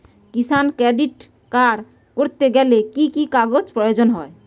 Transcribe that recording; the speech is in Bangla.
কিষান ক্রেডিট কার্ড করতে গেলে কি কি কাগজ প্রয়োজন হয়?